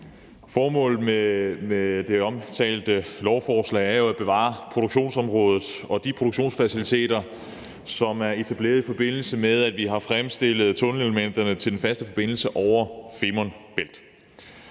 Formålet med det omtalte lovforslag er jo at bevare produktionsområdet og de produktionsfaciliteter, som er etableret, i forbindelse med at vi har fremstillet tunnellen til den faste forbindelse over Femern Bælt.